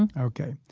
and ok?